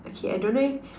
okay I don't know leh